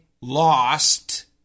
lost